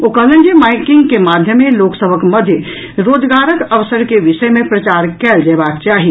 ओ कहलनि जे माइकिंग के माध्यमे लोक सभक मध्य रोजगारक अवसरि के विषय मे प्रचार कयल जयबाक चाही